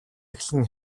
эхлэн